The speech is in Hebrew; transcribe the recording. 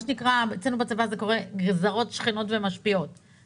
אצלנו בצבא זה נקרא גזרות שכנות ומשפיעות.